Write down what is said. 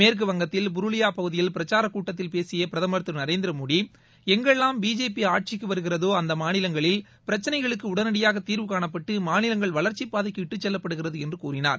மேற்கு வங்கத்தில் புருலியா பகுதியில் பிரச்சார கூட்டத்தில் பேசிய பிரதமர் நரேந்திர மோடி ளங்கெல்லாம் பிஜேபி ஆட்சிக்கு வருகிறதோ அந்த மாநிலங்களில் பிரச்சினைகளுக்கு உடனடியாக தீர்வு காணப்பட்டு மாநிலங்கள் வளர்ச்சி பாதைக்கு இட்டுச் செல்லப்படுகிறது என்று கூறினார்